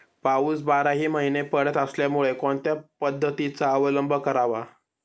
पाऊस बाराही महिने पडत असल्यामुळे कोणत्या पद्धतीचा अवलंब करावा?